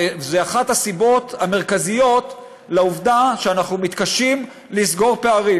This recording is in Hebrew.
וזו אחת הסיבות המרכזיות לעובדה שאנחנו מתקשים לסגור פערים.